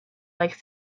likes